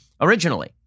originally